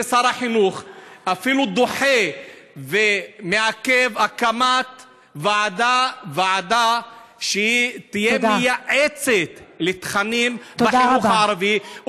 שר החינוך אפילו דוחה ומעכב הקמת ועדה מייעצת לתכנים בחינוך הערבי.